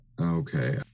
Okay